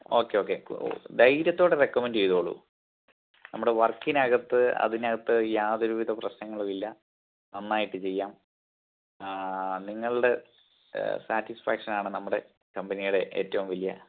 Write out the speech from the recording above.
okay okay ധൈര്യത്തോടെ recommend ചെയ്തുകൊള്ളൂ നമ്മുടെ വർക്കിനകത്തു അതിനകത്തു യാതൊരുവിധ പ്രശ്നങ്ങളുമില്ല നന്നായിട്ട് ചെയ്യാം നിങ്ങളുടെ സാറ്റിസ്ഫാക്ഷനാണ് നമ്മുടെ കമ്പനിയുടെ ഏറ്റവും വലിയ